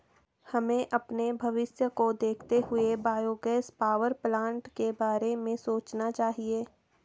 हमें अपने भविष्य को देखते हुए बायोगैस पावरप्लांट के बारे में सोचना चाहिए